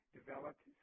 developed